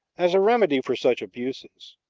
as a remedy for such abuses,